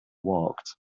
walked